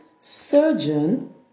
surgeon